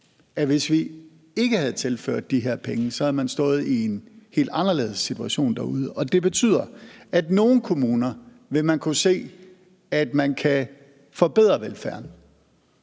at hvis vi ikke havde tilført de her penge, havde man stået i en helt anderledes situation derude, og det betyder, at i nogle kommuner vil man kunne se, at man kan forbedre velfærden,